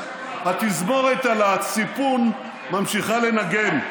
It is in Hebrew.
התזמורת על הסיפון ממשיכה לנגן,